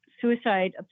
suicide